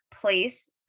place